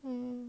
um